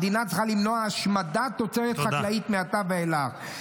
המדינה צריכה למנוע השמדת תוצרת חקלאית מעתה ואילך.